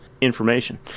information